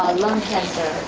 lung cancer?